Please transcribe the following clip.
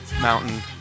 mountain